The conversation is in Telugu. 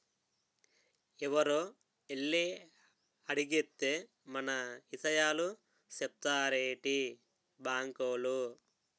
ఎవరో ఎల్లి అడిగేత్తే మన ఇసయాలు సెప్పేత్తారేటి బాంకోలు?